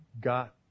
got